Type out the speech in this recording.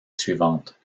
suivante